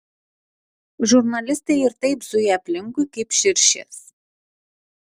žurnalistai ir taip zuja aplinkui kaip širšės